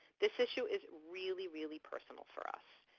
this issue is really, really personal for us.